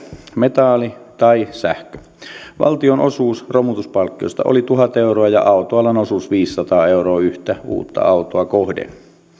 metaani tai sähkö valtion osuus romutuspalkkiosta oli tuhat euroa ja autoalan osuus viisisataa euroa yhtä uutta autoa kohden